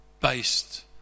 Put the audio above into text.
based